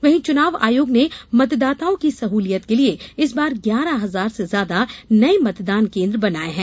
वहीं चुनाव आयोग ने मतदाताओं की सहुलियत के लिये इस बार ग्यारह हजार से ज्यादा नये मतदान केन्द्र बनाये हैं